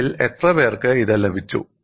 നിങ്ങളിൽ എത്രപേർക്ക് ഇത് ലഭിച്ചു